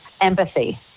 empathy